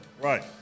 Right